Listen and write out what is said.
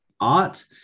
art